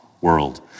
world